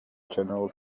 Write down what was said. general